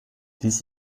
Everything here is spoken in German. dies